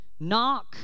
Knock